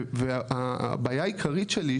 והבעיה העיקרית שלי,